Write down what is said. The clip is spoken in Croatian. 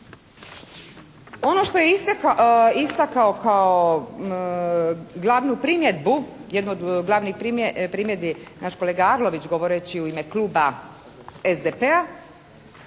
Ono što je istakao kao glavnu primjedbu, jednu od glavnih primjedbi naš kolega Arlović govoreći u ime Kluba SDP-a